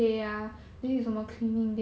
mm